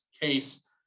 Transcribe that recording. case